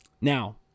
Now